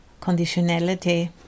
conditionality